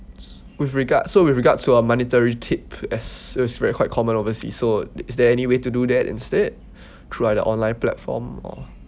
with regards so with regards to a monetary tip as it's very quite common overseas so is there any way to do that instead throughout the online platform or